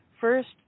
First